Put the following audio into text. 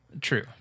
True